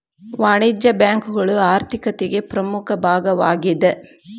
ವಾಣಿಜ್ಯ ಬ್ಯಾಂಕುಗಳು ಆರ್ಥಿಕತಿಗೆ ಪ್ರಮುಖ ಭಾಗವಾಗೇದ